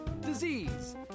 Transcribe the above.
disease